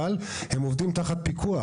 אבל הם עובדים תחת פיקוח.